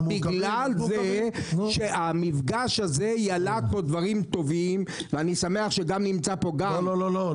בגלל שהמפגש הזה ילד דברים טובים --- כבוד השר,